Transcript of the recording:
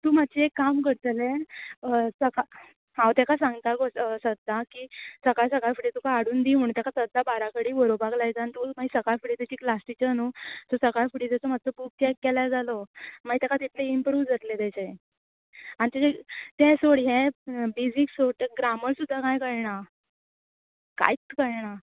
तूं मात्शें एक काम करतलें सका हांव तेका सांगता गो सद्दां की सकाळ सकाळ फुडें तुका हाडून दी म्हुणू ताका सद्दां बाराखडी बरोवपाक लायता आनी तूं माय सकाळ फुडें तेची क्लास टिच न्हू सो सकाळ फुडें ज तूं मात्सो बूक चॅक केल्या जालो माय ताका तितलें इंप्रूव जातलें ताजें आनी ताजें तें सोड हें बेजिक्स सोड ट ग्रामर सुद्दां कांय कळना कांयच कळना